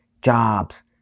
jobs